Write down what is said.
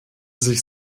sich